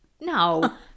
No